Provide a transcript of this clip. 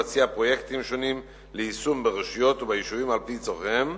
מציע פרויקטים שונים ליישום ברשויות וביישובים על-פי צורכיהם.